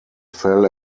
fell